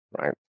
right